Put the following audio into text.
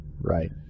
right